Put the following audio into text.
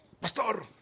Pastor